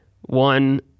one